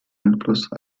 einfluss